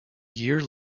year